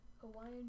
Hawaiian